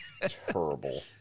Terrible